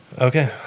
Okay